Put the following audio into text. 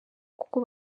kuko